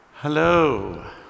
Hello